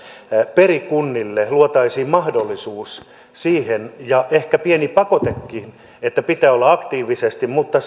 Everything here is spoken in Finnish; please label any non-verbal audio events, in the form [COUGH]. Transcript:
perikunnille luotaisiin mahdollisuus siihen ja ehkä pieni pakotekin että pitää olla aktiivinen mutta [UNINTELLIGIBLE]